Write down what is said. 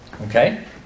Okay